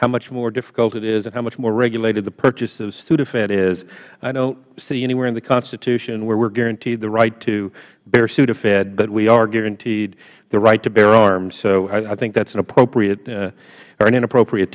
how much more difficult it is and how much more regulated the purchase of sudafed is i don't see anywhere in the constitution where we're guaranteed the right to bear sudafed but we are guaranteed the right to bear arms so i think that is an inappropriate